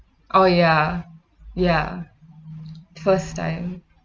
oh ya ya first time